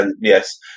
yes